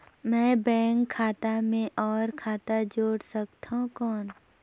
मैं बैंक खाता मे और खाता जोड़ सकथव कौन?